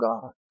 God